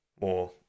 more